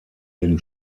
den